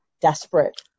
desperate